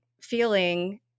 feeling